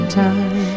time